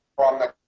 on let